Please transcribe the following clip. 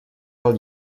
del